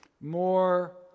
more